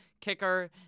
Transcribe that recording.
kicker